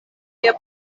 via